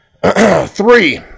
Three